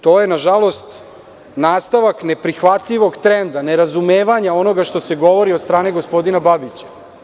To je, nažalost, nastavak neprihvatljivog trenda, nerazumevanja onoga što se govori od strane gospodina Babića.